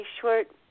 short